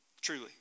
truly